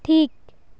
ᱴᱷᱤᱠ